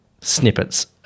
snippets